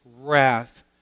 wrath